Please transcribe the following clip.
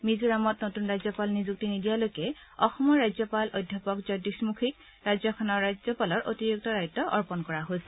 মিজোৰামত নতূন ৰাজ্যপাল নিযুক্তি নিদিয়ালৈকে অসমৰ ৰাজ্যপাল অধ্যাপক জগদীশ মুখীক ৰাজ্যপালৰ অতিৰিক্ত দায়িত্ব অৰ্পণ কৰা হৈছে